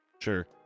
sure